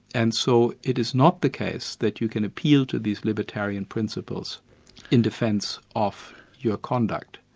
and so it is not the case that you can appeal to these libertarian principles in defence of your conduct.